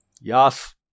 Yes